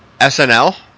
SNL